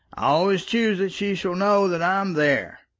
i always choose that she shall know that i'm there.